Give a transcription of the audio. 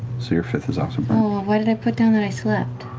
so your fifth is also burnt. laura oh, why did i put down that i slept?